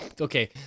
Okay